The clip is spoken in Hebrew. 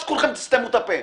אז כולכם תסתמו את הפה.